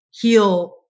heal